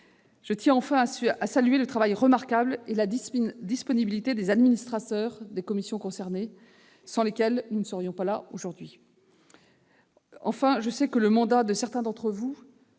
Je tiens enfin à saluer le travail remarquable et la disponibilité des administrateurs des commissions concernées, sans lesquels nous ne serions pas là aujourd'hui. Enfin, je sais que le mandat de certains d'entre vous,